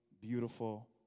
beautiful